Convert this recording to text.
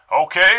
Okay